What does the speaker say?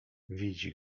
widzi